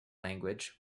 language